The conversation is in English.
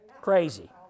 Crazy